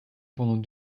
pendant